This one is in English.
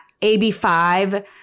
AB5